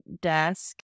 desk